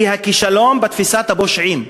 כי הכישלון בתפיסת הפושעים,